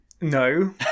no